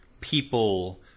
people